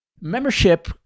Membership